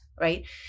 Right